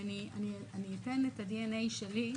אני אתן את ה-DNA שלי.